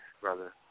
brother